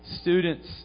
students